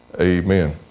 Amen